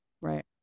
right